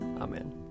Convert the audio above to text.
Amen